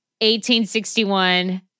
1861